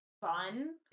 fun